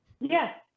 Yes